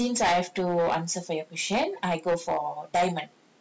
oh okay okay since I have to answer for your question I go for diamond